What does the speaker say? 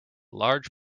large